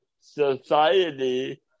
society